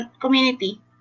community